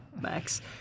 max